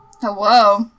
hello